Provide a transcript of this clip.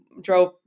drove